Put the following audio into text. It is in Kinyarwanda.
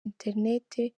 interineti